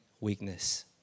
weakness